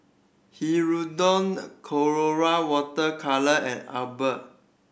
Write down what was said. Hirudoid Colora Water Colour and Abbott